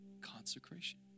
consecration